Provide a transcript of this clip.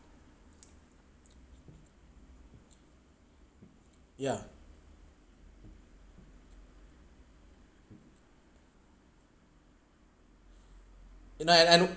yeah and I and I look